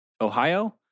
Ohio